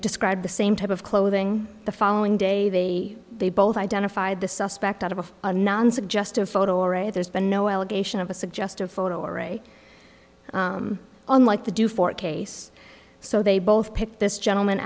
described the same type of clothing the following day they both identified the suspect out of a non suggestive photo array there's been no allegation of a suggestive photo array on like the do for case so they both picked this gentleman